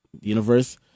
Universe